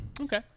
Okay